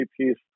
piece